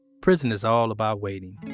prison is all about waiting.